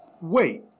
Wait